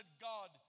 God